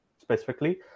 specifically